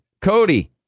Cody